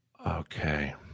Okay